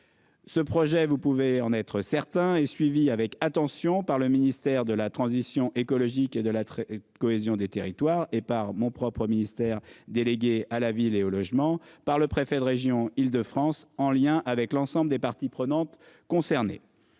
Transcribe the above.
Ce projet, vous pouvez en être certain est suivie avec attention par le ministère de la transition écologique et de la cohésion des territoires et par mon propre ministère délégué à la ville et au logement par le préfet de région Île-de-France en lien avec l'ensemble des parties prenantes concernées